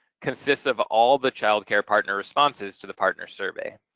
consists of all the child care partner responses to the partner survey.